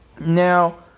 Now